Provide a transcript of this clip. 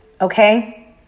okay